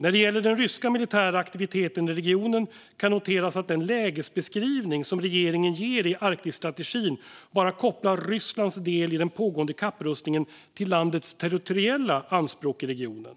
När det gäller den ryska militära aktiviteten i regionen kan noteras att den lägesbeskrivning som regeringen ger i Arktisstrategin bara kopplar Rysslands del i den pågående kapprustningen till landets territoriella anspråk i regionen.